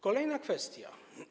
Kolejna kwestia.